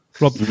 Rob